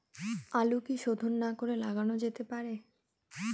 আলু কি শোধন না করে লাগানো যেতে পারে?